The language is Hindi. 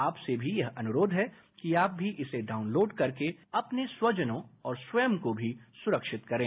आपसे भी यह अनुरोध है कि आप भी इसे डाउनलोड करके अपने स्व जनों और स्वयं को भी सुरक्षित करें